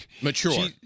Mature